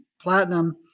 platinum –